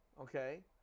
okay